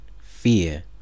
fear